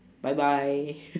bye bye